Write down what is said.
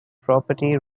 property